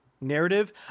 narrative